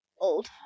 old